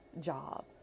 job